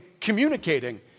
communicating